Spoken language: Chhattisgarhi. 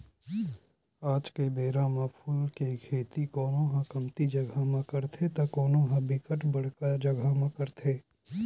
आज के बेरा म फूल के खेती कोनो ह कमती जगा म करथे त कोनो ह बिकट बड़का जगा म करत हे